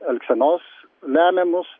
elgsenos lemiamus